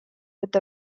with